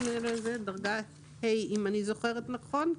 אם אני זוכרת נכון,